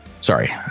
Sorry